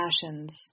passions